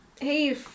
Hey